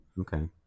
Okay